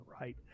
right